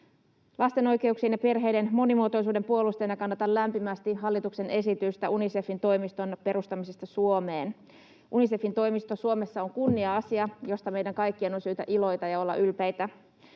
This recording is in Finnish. Lasten oikeuksien ja perheiden monimuotoisuuden puolustajana kannatan lämpimästi hallituksen esitystä Unicefin toimiston perustamisesta Suomeen. Unicefin toimisto Suomessa on kunnia-asia, josta meidän kaikkien on syytä iloita ja olla ylpeitä.